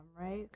right